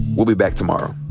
we'll be back tomorrow